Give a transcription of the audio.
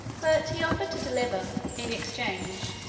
but he offered to deliver, in exchange,